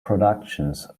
productions